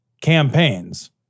campaigns